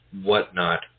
whatnot